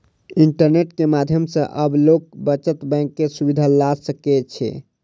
internet के माध्यम सॅ आब लोक बचत बैंक के सुविधा ल सकै छै